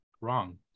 Wrong